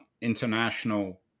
international